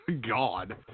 God